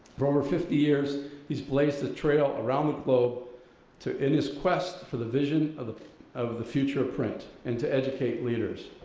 for over fifty years, he's blazed the trail around the globe to in this quest for the vision of the of the future of print, and to educate leaders.